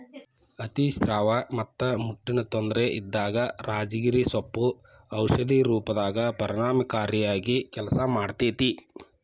ಅತಿಸ್ರಾವ ಮತ್ತ ಮುಟ್ಟಿನ ತೊಂದರೆ ಇದ್ದಾಗ ರಾಜಗಿರಿ ಸೊಪ್ಪು ಔಷಧಿ ರೂಪದಾಗ ಪರಿಣಾಮಕಾರಿಯಾಗಿ ಕೆಲಸ ಮಾಡ್ತೇತಿ